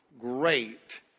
great